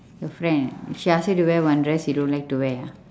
your friend she ask you to wear one dress you don't like to wear ah